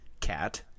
cat